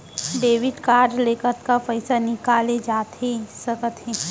Debit card ले कतका पइसा निकाले जाथे सकत हे?